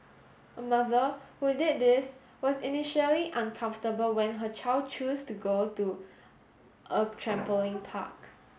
a mother who did this was initially uncomfortable when her child choose to go to a trampoline park